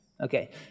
Okay